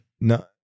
No